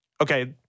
okay